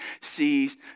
sees